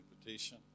invitation